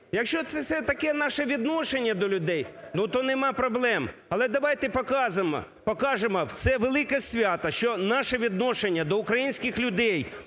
Якщо це таке наше відношення до людей, ну, то нема проблем. Але давайте покажемо в це велике свято, що наше відношення до українських людей,